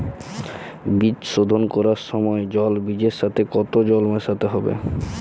বীজ শোধন করার সময় জল বীজের সাথে কতো জল মেশাতে হবে?